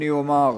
אני אומר: